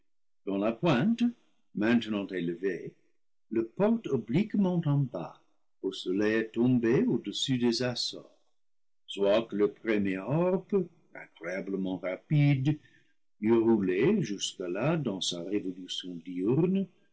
dont la pointe maintenant élevée le porte obliquement en bas au soleil tombé au-dessous des açores soit que le premier orbe incroyablement rapide eût roulé jusque-là dans sa révolution diurne